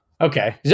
Okay